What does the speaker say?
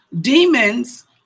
Demons